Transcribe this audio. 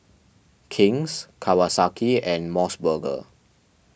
King's Kawasaki and Mos Burger